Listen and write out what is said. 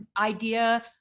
idea